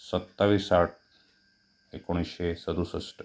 सत्तावीस आठ एकोणीसशे सदुसष्ट